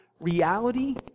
reality